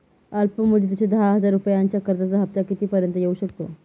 अल्प मुदतीच्या दहा हजार रुपयांच्या कर्जाचा हफ्ता किती पर्यंत येवू शकतो?